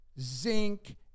zinc